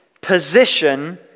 position